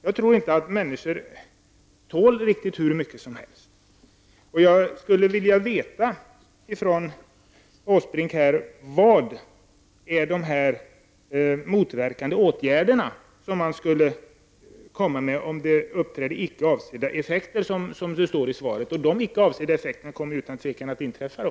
Jag tror inte att människor tål riktigt hur mycket som helst. ''icke avsedda effekter'', som det står i svaret. Sådana effekter kommer utan tvivel att uppstå.